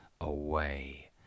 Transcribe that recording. away